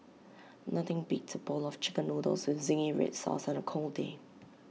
nothing beats A bowl of Chicken Noodles with Zingy Red Sauce on A cold day